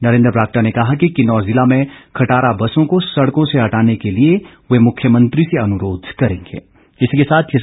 नरेन्द्र बरांगटा ने कहा कि किन्नौर जिला में खटारा बसों को सड़कों से हटाने के लिए वे मुख्यमंत्री से अनुरोध करेंगे